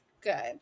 Good